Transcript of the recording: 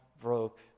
broke